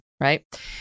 Right